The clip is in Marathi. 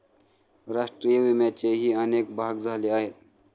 राष्ट्रीय विम्याचेही अनेक भाग झाले आहेत